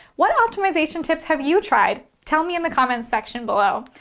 what optimization tips have you tried? tell me in the comments section below,